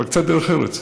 אבל קצת דרך ארץ.